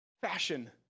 fashion